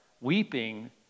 weeping